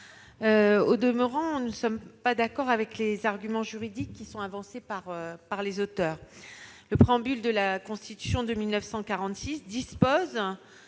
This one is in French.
Au demeurant, nous ne sommes pas d'accord avec les arguments juridiques avancés par ses auteurs. Le Préambule de la Constitution de 1946 dispose